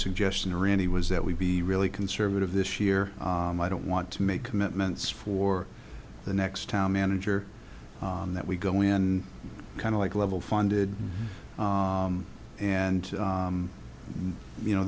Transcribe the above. suggestion really was that we'd be really conservative this year i don't want to make commitments for the next town manager that we go in kind of like level funded and you know